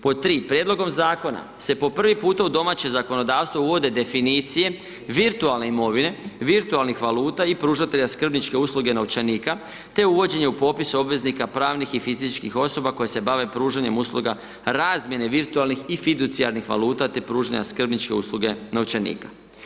Pod 3. prijedlogom zakona se po prvi puta u domaće zakonodavstvo uvode definicije virtualne imovine, virtualnih valuta i pružatelja skrbničke usluge novčanika te uvođenje u popis obveznika pravnih i fizičkih osoba koje se bave pružanjem usluga razmjene virtualnih i fiducijalnih valuta te pružanja skrbničke usluge novčanika.